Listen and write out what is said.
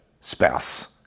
spouse